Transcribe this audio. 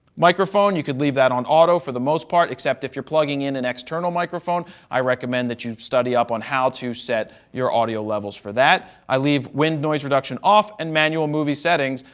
microphone, you could leave that on auto for the most part except if you're plugging in an external microphone, i recommend that you study up on how to set your audio levels for that. i leave wind noise reduction off and manual movie settings,